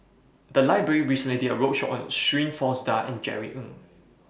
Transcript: The Library recently did A roadshow on Shirin Fozdar and Jerry Ng